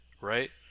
right